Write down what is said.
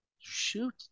shoot